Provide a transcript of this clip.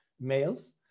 males